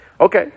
Okay